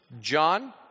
John